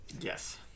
yes